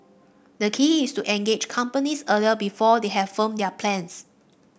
the key is to engage the companies early before they have firmed up their plans